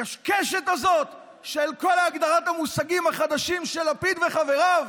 הקשקשת הזאת של כל הגדרת המושגים החדשים של לפיד וחבריו?